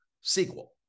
sequel